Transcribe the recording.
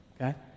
okay